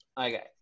Okay